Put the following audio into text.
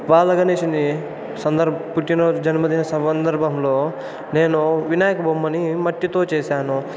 బాల గణేషుని సందర్భ పుట్టినరోజు జన్మదిన సందర్భములో నేను వినాయక బొమ్మని మట్టితో చేశాను